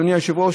אדוני היושב-ראש,